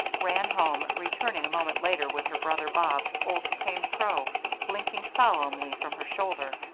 ran home, returning a moment later with her brother bob's old tame crow blinking solemnly from her shoulder.